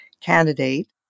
candidate